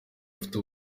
afite